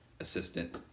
assistant